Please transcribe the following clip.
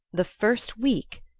the first week?